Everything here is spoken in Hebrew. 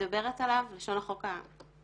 מדברת עליו, לשון החוק הנוכחית.